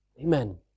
Amen